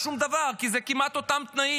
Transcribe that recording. שום דבר, כי אלה כמעט אותם תנאים.